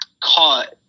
caught